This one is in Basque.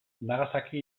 nagasaki